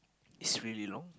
is really long